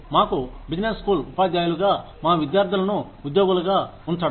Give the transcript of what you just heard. మాకు business school ఉపాధ్యాయులుగా మా విద్యార్థులను ఉద్యోగులుగా ఉంచడం